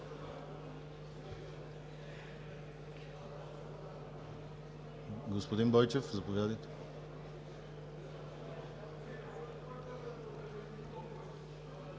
Господин Бойчев, заповядайте.